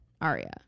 Aria